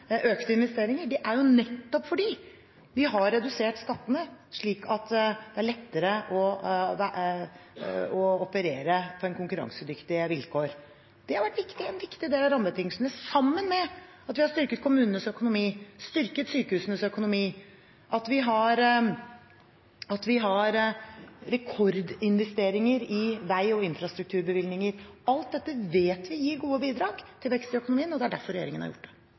økte investeringer, er nettopp at vi har redusert skattene, slik at det er lettere å operere med konkurransedyktige vilkår. Det har vært en viktig del av rammebetingelsene – sammen med at vi har styrket kommunenes økonomi, styrket sykehusenes økonomi, at vi har rekordinvesteringer i vei- og infrastrukturbevilgninger. Alt dette vet vi gir gode bidrag til vekstøkonomien, og det er derfor regjeringen har gjort det.